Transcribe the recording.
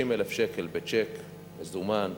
60,000 שקל בצ'ק, מזומן,